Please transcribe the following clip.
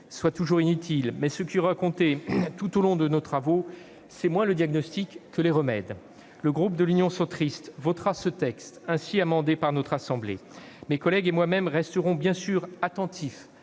soit toujours inutile, mais ce qui aura compté tout au long de nos travaux, c'est moins le diagnostic que les remèdes. Le groupe Union Centriste votera ce texte ainsi amendé par notre assemblée. Mes collègues et moi-même resterons bien sûr attentifs